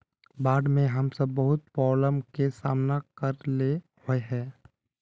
बाढ में हम सब बहुत प्रॉब्लम के सामना करे ले होय है?